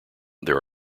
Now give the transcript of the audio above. there